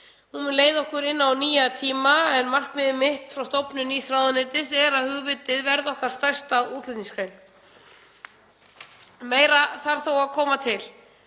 Hún mun leiða okkur inn í nýja tíma en markmið mitt frá stofnun nýs ráðuneytis er að hugvitið verði okkar stærsta útflutningsgrein. Meira þarf þó að koma til.